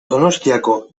donostiako